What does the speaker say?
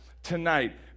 tonight